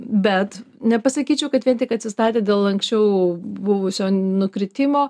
bet nepasakyčiau kad vien tik atsistatė dėl anksčiau buvusio nukritimo